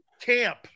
camp